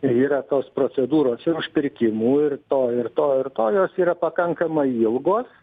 tai yra tos procedūros ir užpirkimų ir to ir to ir to jos yra pakankamai ilgos